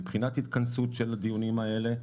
מבחינת התכנסות של הדיונים האלה,